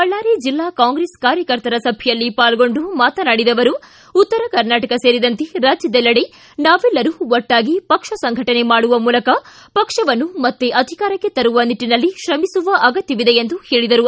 ಬಳ್ಳಾರಿ ಜಿಲ್ಲಾ ಕಾಂಗ್ರೆಸ್ ಕಾರ್ಯಕರ್ತರ ಸಭೆಯಲ್ಲಿ ಪಾಲ್ಗೊಂಡು ಮಾತನಾಡಿದ ಅವರು ಉತ್ತರ ಕರ್ನಾಟಕ ಸೇರಿದಂತೆ ರಾಜ್ಯದೆಲ್ಲೆಡೆ ನಾವೆಲ್ಲರೂ ಒಟ್ಟಾಗಿ ಪಕ್ಷ ಸಂಘಟನೆ ಮಾಡುವ ಮೂಲಕ ಪಕ್ಷವನ್ನು ಮತ್ತೆ ಅಧಿಕಾರಕ್ಕೆ ತರುವ ನಿಟ್ಟನಲ್ಲಿ ಶ್ರಮಿಸುವ ಅಗತ್ಯವಿದೆ ಎಂದು ಹೇಳಿದರು